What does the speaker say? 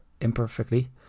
imperfectly